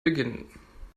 beginnen